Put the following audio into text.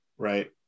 Right